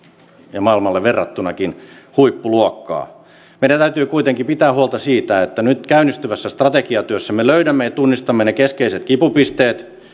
ja maailmaan verrattunakin huippuluokkaa meidän täytyy kuitenkin pitää huolta siitä että nyt käynnistyvässä strategiatyössä me löydämme ja tunnistamme ne keskeiset kipupisteet